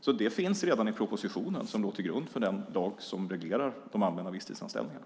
Det där finns alltså redan i den proposition som låg till grund för den lag som reglerar de allmänna visstidsanställningarna.